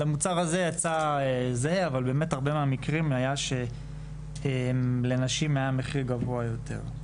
המוצר הזה יצא זהה אבל בהרבה מקרים לנשים היה מחיר גבוה יותר.